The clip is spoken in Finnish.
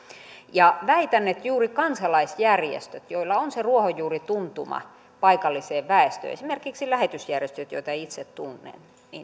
väitän että juuri kansalaisjärjestöt joilla on se ruohonjuurituntuma paikalliseen väestöön esimerkiksi lähetysjärjestöt joita itse tunnen